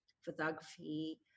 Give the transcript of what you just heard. photography